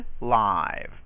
Live